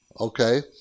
okay